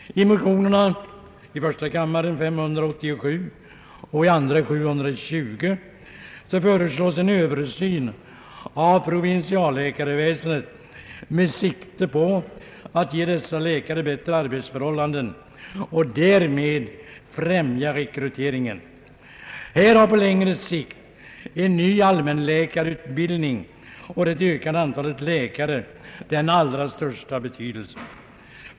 I motionerna I: 587 och II: 720 föreslås en översyn av provinsialläkarväsendet med sikte på att ge dessa läkare bättre arbetsförhållanden och därmed främja rekryteringen. Här har på längre sikt en ny allmänläkarutbildning och det ökade antalet läkare den allra största betydelse.